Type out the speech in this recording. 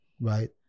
right